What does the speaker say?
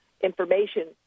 information